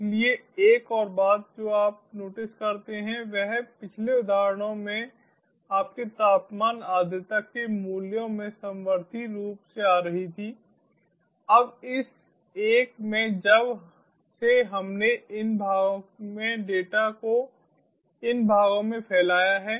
इसलिए एक और बात जो आप नोटिस करते हैं वह पिछले उदाहरणों में आपके तापमान आर्द्रता के मूल्यों में समवर्ती रूप से आ रही थी अब इस एक में जब से हमने इन भागों में डेटा को इन भागों में फैलाया है